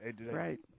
Right